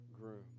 groom